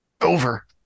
Over